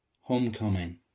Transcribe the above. Homecoming